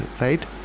right